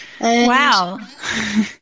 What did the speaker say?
Wow